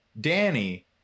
Danny